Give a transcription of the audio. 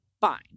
Fine